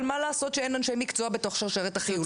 אבל מה לעשות שאין אנשי מקצוע בתוך שרשרת החיול הזה.